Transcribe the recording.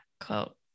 quote